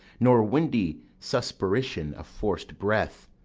nor windy suspiration of forc'd breath,